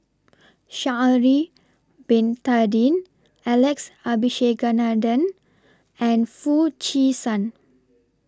Sha'Ari Bin Tadin Alex Abisheganaden and Foo Chee San